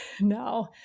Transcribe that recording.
no